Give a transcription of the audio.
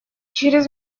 через